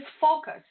focus